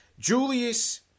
Julius